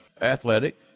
athletic